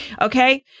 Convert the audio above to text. okay